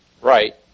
right